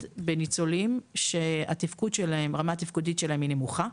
בניצולים שהרמה התפקודית שלהם נמוכה,